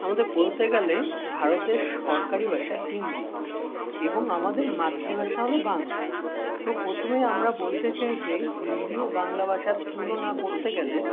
আমাদের বলতে গেলে ভারতের সরকারি ভাষা হিন্দি এবং আমাদের মাতৃভাষা হলো বাংলা তো প্রথমেই আমরা বলতে চাই যে হিন্দি ও বাংলা ভাষার তুলনা করতে গেলে